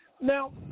Now